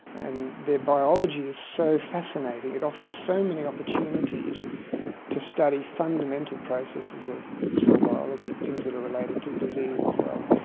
and their biology is so fascinating, it offers so many opportunities to study fundamental processes cell biology, things that are related to disease as well,